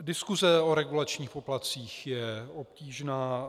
Diskuse o regulačních poplatcích je obtížná.